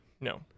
No